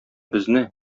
безне